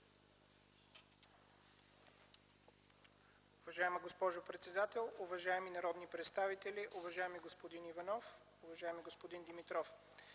Уважаема госпожо председател, уважаеми народни представители! Уважаеми господин Иванов, уважаеми господин Димитров,